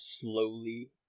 slowly